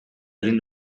egin